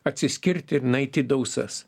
atsiskirt ir nueit į dausas